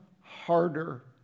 harder